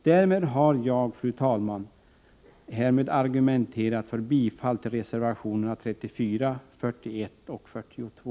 Därmed har jag, fru talman, argumenterat för bifall till reservationerna 34, 41 och 42.